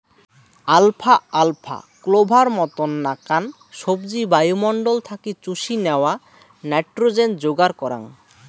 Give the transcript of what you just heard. alpha আলফা, clover মতন নাকান সবজি বায়ুমণ্ডল থাকি চুষি ন্যাওয়া নাইট্রোজেন যোগার করাঙ